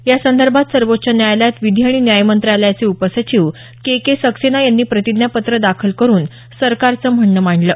या संदर्भात सर्वोच्च न्यायालयात विधी आणि न्याय मंत्रालयाचे उपसचिव के के सक्सेना यांनी प्रतिज्ञापत्र दाखल करून सरकारचं म्हणणं मांडलं